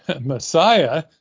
Messiah